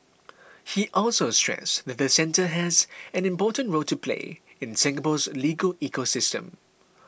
he also stressed that the centre has an important role to play in Singapore's legal ecosystem